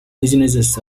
business